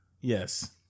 Yes